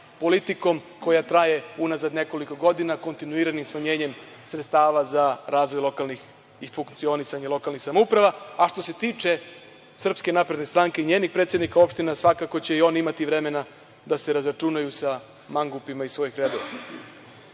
politikom koja traje unazad nekoliko godina kontinuiranim smanjenjem sredstava za razvoj lokalnih samouprava, a što se tiče SNS i njenih predsednika opština, svakako će i oni imati vremena da se razračunaju sa mangupima iz svojih redova. Dok